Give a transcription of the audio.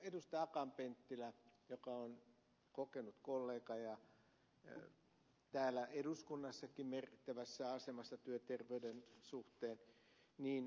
akaan penttilä joka on kokenut kollega ja täällä eduskunnassakin merkittävässä asemassa työterveyden suhteen pikkasen ed